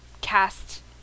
cast